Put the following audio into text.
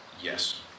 Yes